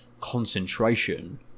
concentration